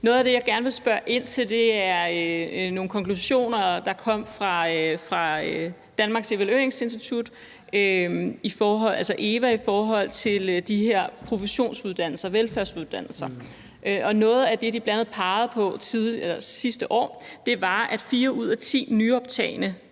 Noget af det, jeg gerne vil spørge ind til, er nogle konklusioner, der kom fra Danmarks Evalueringsinstitut, altså EVA, i forhold til de her professionsuddannelser, velfærdsuddannelser. Noget af det, de bl.a. pegede på sidste år, var, at fire ud af ti nyoptagne